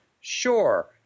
sure